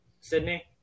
Sydney